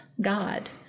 God